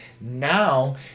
Now